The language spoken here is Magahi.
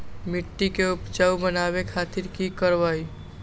मिट्टी के उपजाऊ बनावे खातिर की करवाई?